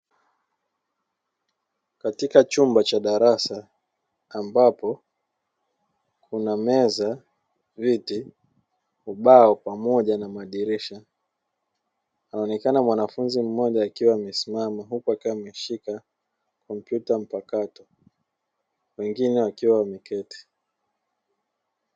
Katika chumba cha darasa ambapo kuna meza, viti, ubao pamoja na madirisha. Anaonekana mwanafunzi mmoja akiwa amesimama huku akiwa ameshika kompyuta mpakato, wengine wakiwa wameketi.